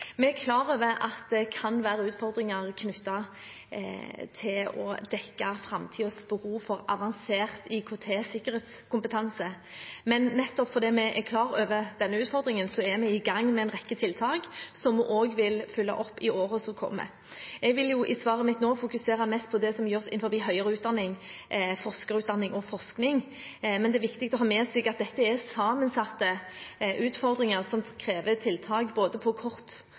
Vi er klar over at det kan være utfordringer knyttet til å dekke framtidens behov for avansert IKT-sikkerhetskompetanse, men nettopp fordi vi er klar over denne utfordringen, er vi i gang med en rekke tiltak som vi også vil følge opp i årene som kommer. Jeg vil i svaret mitt nå fokusere mest på det som gjøres innen høyere utdanning, forskerutdanning og forskning, men det er viktig å ha med seg at dette er sammensatte utfordringer som krever tiltak både på kort